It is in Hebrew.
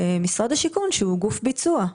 משרד השיכון הוא גוף ביצוע.